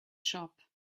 shop